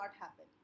happen